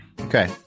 Okay